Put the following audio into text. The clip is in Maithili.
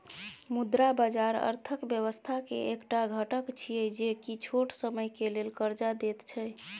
मुद्रा बाजार अर्थक व्यवस्था के एक टा घटक छिये जे की छोट समय के लेल कर्जा देत छै